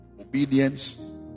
Obedience